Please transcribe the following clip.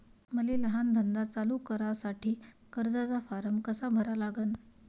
मले लहान धंदा चालू करासाठी कर्जाचा फारम कसा भरा लागन?